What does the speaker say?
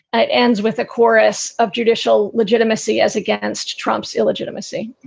it ends with a chorus of judicial legitimacy as against trump's illegitimacy